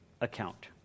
account